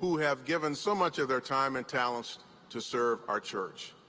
who have given so much of their time and talents to serve our church.